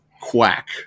quack